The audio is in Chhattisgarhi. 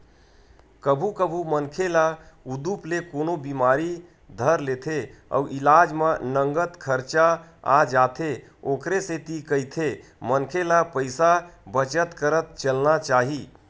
कभू कभू मनखे ल उदुप ले कोनो बिमारी धर लेथे अउ इलाज म नँगत खरचा आ जाथे ओखरे सेती कहिथे मनखे ल पइसा बचत करत चलना चाही